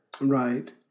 right